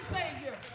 Savior